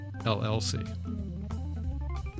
LLC